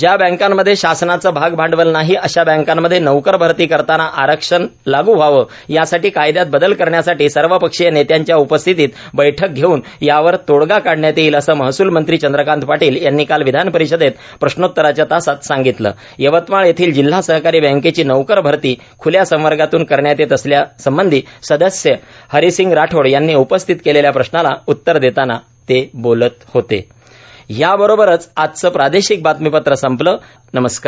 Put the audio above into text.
ज्या बँकांमध्ये शासनाचं भाग भांडवल नाही अशा बँकामध्ये नोकर भरती करताना आरक्षण लागू व्हावंए यासाठी कायदयात बदल करण्यासाठी सर्वपक्षीय नेत्यांच्या उपस्थितीत बैठक घेऊन यावर तोडगा काढण्यात येईलए असं महसूलमंत्री चंद्रकांत पाटील यांनी काल विधान परिषदेत प्रश्नोत्तराच्या तासात सांगितलंण यवतमाळ येथील जिल्हा सहकारी बँकेची नोकर भरती खुल्या संवर्गातून करण्यात येत असल्यासंबधी सदस्य हरिसिंग राठोड यांनी उपस्थित केलेल्या प्रश्नाला उत्तर देतांना ते बोलत होतेण जेम म्दक